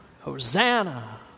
Hosanna